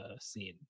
scene